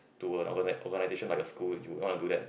to an orga~ organisation by the school you want to do that